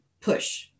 push